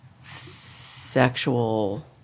sexual